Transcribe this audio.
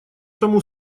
тому